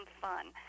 fun